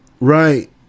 Right